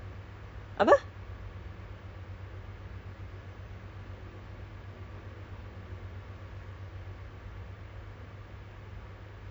I pun ada apply I pun ada apply for other jobs but they also gave me the same reasonings like oh you are overqualified or you are underqualified